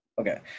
okay